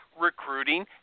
recruiting